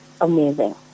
amazing